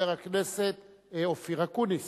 חבר הכנסת אופיר אקוניס.